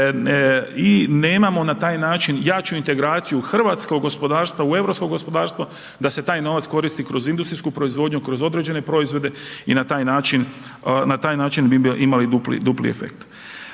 i nemamo na taj način jaču integraciju hrvatskog gospodarstva u europsko gospodarstvo, da se taj novac koristi kroz industriju proizvodnju kroz određene proizvode i na taj način, na taj način bi imali dupli efekt.